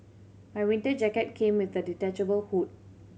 my winter jacket came with a detachable hood